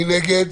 מי נגד?